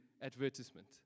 advertisement